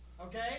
okay